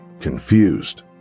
Confused